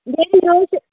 daddy ji حظ چھُ